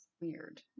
weird